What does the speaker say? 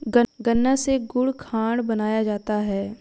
गन्ना से गुड़ खांड बनाया जाता है